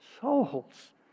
souls